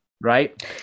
Right